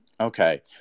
Okay